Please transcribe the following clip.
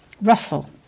Russell